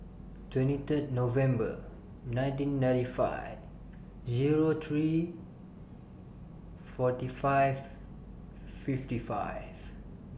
twenty Third November nineteen ninety five Zero three forty five fifty five